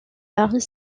paris